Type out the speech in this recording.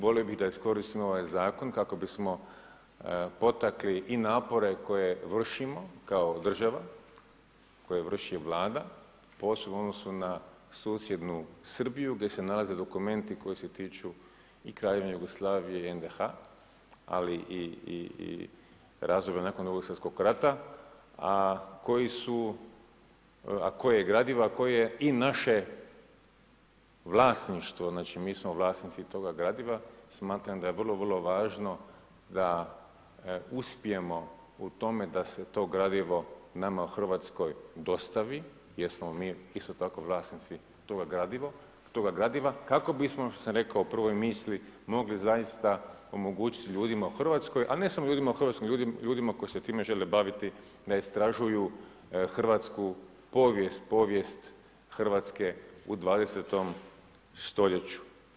Volio bi da iskoristimo ovaj zakon kako bismo potakli i napore koje vršimo kao država, koje vrši Vlada, posebno u odnosu na susjednu Srbiju gdje se nalaze dokumenti koji se tiču i Kraljevine Jugoslavije i NDH, ali i razdoblja nakon II. svjetskog rata a koje je i naše vlasništvo, znači mi smo vlasnici toga gradiva, smatram da je vrlo, vrlo važno da uspijemo u tome da se to gradivo nama u Hrvatskoj dostavi jer smo mi isto tako vlasnici toga gradiva kako bismo, kao što sam rekao u prvoj misli, mogli zaista omogućiti ljudima u Hrvatskoj, ali ne i samo ljudima u Hrvatskoj nego ljudima koji se time žele baviti da istražuju hrvatsku povijest, povijest Hrvatske u 20. st.